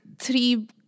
three